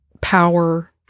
power